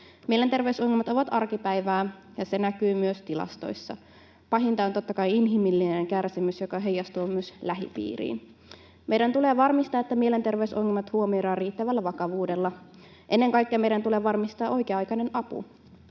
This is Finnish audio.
Mielenterveysongelmat ovat arkipäivää, ja se näkyy myös tilastoissa. Pahinta on totta kai inhimillinen kärsimys, joka heijastuu myös lähipiiriin. Meidän tulee varmistaa, että mielenterveysongelmat huomioidaan riittävällä vakavuudella. Ennen kaikkea meidän tulee varmistaa oikea-aikainen apu.